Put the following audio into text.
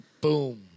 Boom